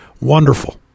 Wonderful